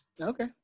okay